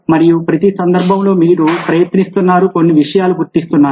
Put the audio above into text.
మరియు ప్రతి సందర్భంలో మీరు ప్రయత్నిస్తున్నారు కొన్ని విషయాలను గుర్తింస్తున్నారు